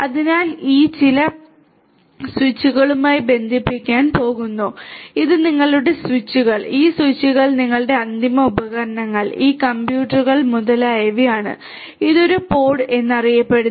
അതിനാൽ ഇവ ചില സ്വിച്ചുകളുമായി ബന്ധിപ്പിക്കാൻ പോകുന്നു ഇത് നിങ്ങളുടെ സ്വിച്ചുകൾ ഈ സ്വിച്ചുകൾ നിങ്ങളുടെ അന്തിമ ഉപകരണങ്ങൾ ഈ കമ്പ്യൂട്ടറുകൾ മുതലായവയാണ് ഇത് ഒരു പോഡ് എന്നറിയപ്പെടുന്നു